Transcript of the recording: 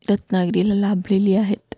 रत्नागिरीला लाभलेली आहेत